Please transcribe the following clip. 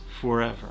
forever